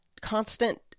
constant